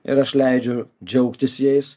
ir aš leidžiu džiaugtis jais